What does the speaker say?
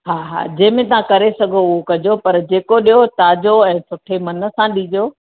हा हा जेमें तां करे सघो उओ कजो पर जेको ॾियो ताज़ो ऐं सुठे मन सां ॾिजो